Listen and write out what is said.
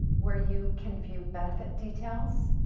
where you can view benefit details,